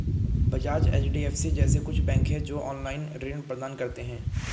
बजाज, एच.डी.एफ.सी जैसे कुछ बैंक है, जो ऑनलाईन ऋण प्रदान करते हैं